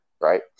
right